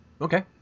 Okay